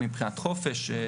מבחינת חופש,